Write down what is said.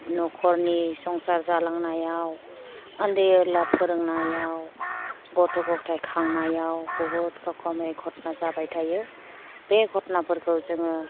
न'खरनि संसार जालांनायाव उन्दै उनला फोरोंनायाव गथ' गथाय खांनायाव बुहुत रोखोमनि घथना जाबाय थायो बे घथनाफोरखौ जोङो